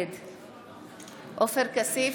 נגד עופר כסיף,